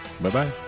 bye-bye